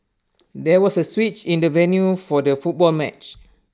there was A switch in the venue for the football match